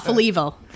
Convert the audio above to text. evil